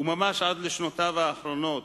וממש עד לשנותיו האחרונות,